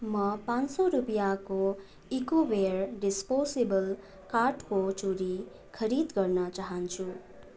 म पाँच सय रुपियाँको इकोवेयर डिस्पोसेबल काठको छुरी खरिद गर्न चहान्छु